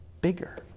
bigger